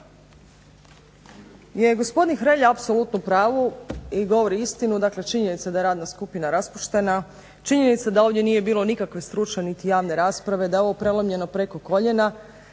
je gospodin Hrelja apsolutno u pravu, i govori istinu, dakle činjenica je da je radna skupina raspuštena, činjenica da ovdje nije bilo nikakve stručne niti javne rasprave, da je ovo prelomljeno preko koljena.